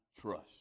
trust